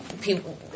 people